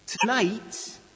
tonight